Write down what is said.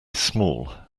small